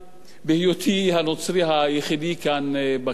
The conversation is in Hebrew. בהיותי הנוצרי היחידי כאן בכנסת,